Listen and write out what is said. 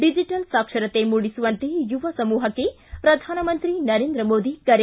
digital ಸಾಕ್ಷರತೆ ಮೂಡಿಸುವಂತೆ ಯುವ ಸಮೂಹಕ್ಕೆ ಪ್ರಧಾನಮಂತ್ರಿ ನರೇಂದ್ರ ಮೋದಿ ಕರೆ